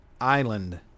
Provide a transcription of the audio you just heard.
island